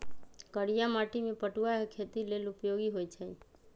करिया माटि में पटूआ के खेती लेल उपयोगी होइ छइ